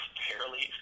fairly